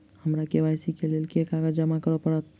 हमरा के.वाई.सी केँ लेल केँ कागज जमा करऽ पड़त?